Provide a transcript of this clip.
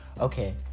Okay